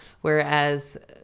whereas